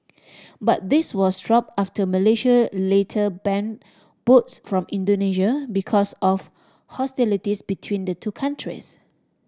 but this was dropped after Malaysia later banned boats from Indonesia because of hostilities between the two countries